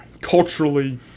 culturally